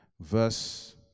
verse